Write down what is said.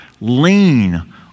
lean